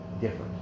different